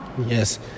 Yes